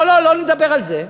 לא, לא, לא נדבר על זה.